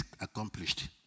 accomplished